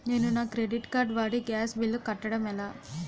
నేను నా credit card వాడి గ్యాస్ బిల్లు కట్టడం ఎలా?